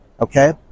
Okay